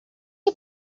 you